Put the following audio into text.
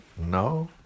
No